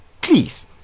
please